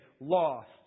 lost